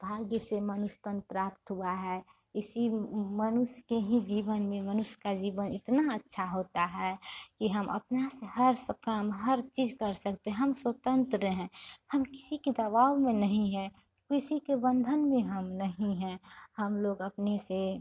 भाग्य से मनुष्य तन प्राप्त हुआ है इसी मनुष्य के ही जीवन में मनुष्य का जीवन इतना अच्छा होता है कि हम अपना से हर काम हर चीज कर सकते हैं हम स्वतंत्र हैं हम किसी के दबाव में नहीं हैं किसी के बंधन में हम नहीं हैं हम लोग अपने से